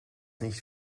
nicht